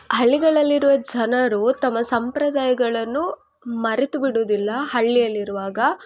ಹಳ್ಳಿಗಳಲ್ಲಿರುವ ಜನರು ತಮ್ಮ ಸಂಪ್ರದಾಯಗಳನ್ನು ಮರೆತು ಬಿಡೋದಿಲ್ಲ ಹಳ್ಳಿಯಲ್ಲಿರುವಾಗ